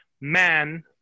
Man